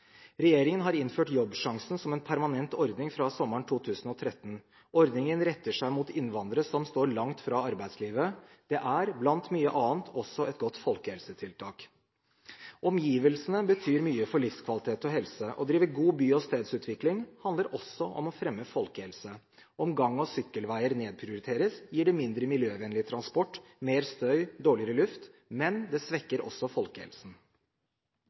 Regjeringen har innført Jobbsjansen som en permanent ordning fra sommeren 2013. Ordningen retter seg mot innvandrere som står langt fra arbeidslivet. Det er – blant mye annet – også et godt folkehelsetiltak. Omgivelsene betyr mye for livskvalitet og helse. Å drive god by- og stedsutvikling handler også om å fremme folkehelse. Om gang- og sykkelveier nedprioriteres, gir det mindre miljøvennlig transport, mer støy og dårligere luft, men det svekker også folkehelsen.